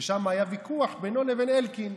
ושם היה ויכוח בינו לבין אלקין.